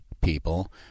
people –